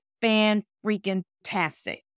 fan-freaking-tastic